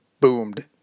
boomed